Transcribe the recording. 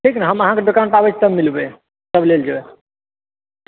ठीक ने हम अहाँके दोकान पर आबै छियै तब मिलबै तब लेल जेबै